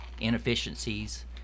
inefficiencies